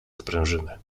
sprężyny